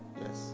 Yes